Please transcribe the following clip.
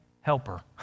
helper